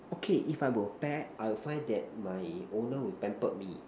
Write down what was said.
okay if I were a pet I will find that my owner will pamper me